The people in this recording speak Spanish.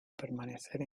permanecer